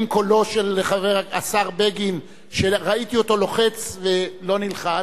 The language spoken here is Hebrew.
עם קולו של השר בגין שראיתי אותו לוחץ ולא נלחץ.